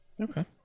okay